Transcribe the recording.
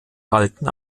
galten